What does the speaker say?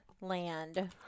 Land